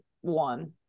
one